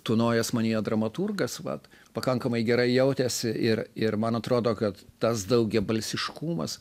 tūnojęs manyje dramaturgas vat pakankamai gerai jautėsi ir ir man atrodo kad tas daugiabalsiškumas